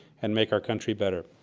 and make our country better.